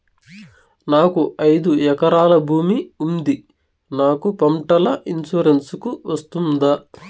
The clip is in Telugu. నాకు ఐదు ఎకరాల భూమి ఉంది నాకు పంటల ఇన్సూరెన్సుకు వస్తుందా?